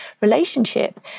relationship